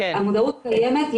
המודעות קיימת.